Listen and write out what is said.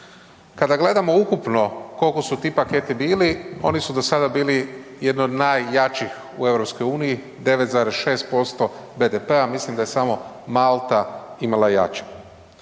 Kada gledamo ukupno koliko su ti paketi bili, oni su do sada bili jedno od najjačih u EU 9,6% BDP-a, a mislim da je samo Malta imala jači.